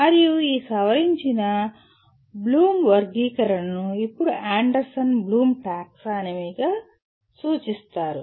మరియు ఈ సవరించిన వర్గీకరణను ఇప్పుడు అండర్సన్ బ్లూమ్ టాక్సానమీగా సూచిస్తారు